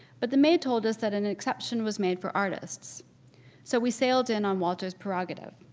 but the maid told us that an exception was made for artists so we sailed in on walter's prerogative.